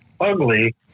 ugly